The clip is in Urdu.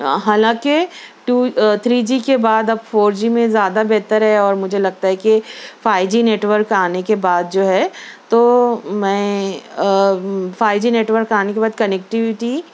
حالانکہ ٹو تھری جی کے بعد اب فور جی میں زیادہ بہتر ہے اور مجھے لگتا ہے کہ فائی جی نیٹ ورک آنے کے بعد جو ہے تو میں فائی جی نیٹ ورک آنے کے بعد کنکٹیویٹی